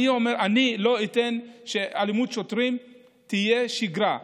אני לא אתן שאלימות שוטרים תהיה שגרה,